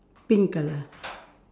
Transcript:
pink colour